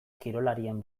kirolarien